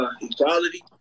equality